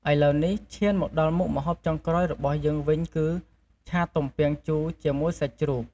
ឥឡូវនេះ ឈានមកដល់មុខម្ហូបចុងក្រោយរបស់យើងវិញគឺ ឆាទំពាំងជូរជាមួយសាច់ជ្រូក។